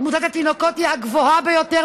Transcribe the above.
שתמותת התינוקות בפריפריה היא הגבוהה ביותר,